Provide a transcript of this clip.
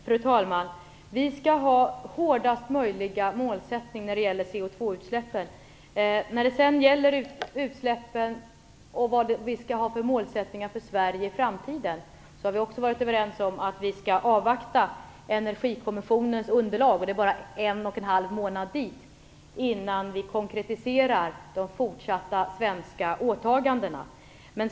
Fru talman! Vi skall ha högsta möjliga målsättning när det gäller koldioxidutsläppen. Vad gäller målsättningarna för Sverige i framtiden i fråga om utsläppen har vi varit överens om att avvakta det underlag som Energikommissionen skall ta fram - och det är bara en och en halv månad tills det presenteras - innan vi konkretiserar de fortsatta svenska åtagandena.